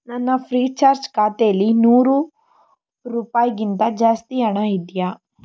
ನನ್ನ FreeCharge ಖಾತೆಲಿ ನೂರು ರೂಪಾಯಿಗಿಂತ ಜಾಸ್ತಿ ಹಣ ಇದೆಯೇ